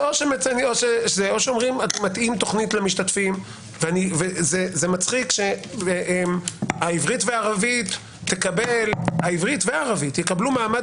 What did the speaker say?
או אומרים: מתאים תוכנית למשתתפים ומצחיק שהעברית והערבית יקבלו מעמד